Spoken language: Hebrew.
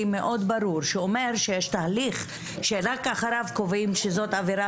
הוא מאוד ברור כשהוא אומר שיש תהליך שרק אחריו קובעים שזו עבירה